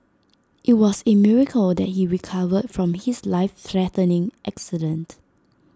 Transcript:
IT was A miracle that he recovered from his life threatening accident